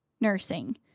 nursing